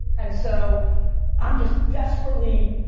and so i'm just desperately,